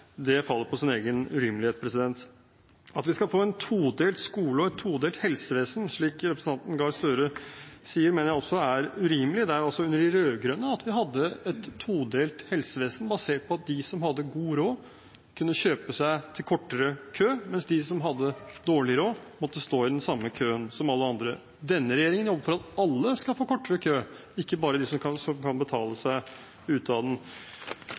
det faller på sin egen urimelighet. At vi skal få en todelt skole og et todelt helsevesen, slik representanten Gahr Støre sier, mener jeg også er urimelig, det var under de rød-grønne vi hadde et todelt helsevesen, basert på at de som hadde god råd, kunne kjøpe seg til kortere kø, mens de som hadde dårlig råd, måtte stå i den samme køen som alle andre. Denne regjeringen jobber for at alle skal få kortere kø, ikke bare de som kan betale seg ut av køen. Denne regjeringen er opptatt av å løfte kvaliteten i den